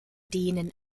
denen